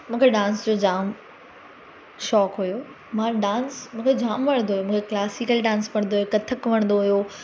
मूंखे डांस जो जाम शौक़ु हुओ मां डांस मूंखे जाम वणंदो हुओ मूंखे क्लासिकल डांस वणंदो हुओ कथक वणंदो हुओ